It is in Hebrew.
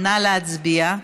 נא להצביע.